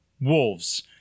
wolves